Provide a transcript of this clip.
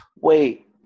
Wait